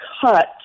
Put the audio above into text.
cut